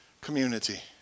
community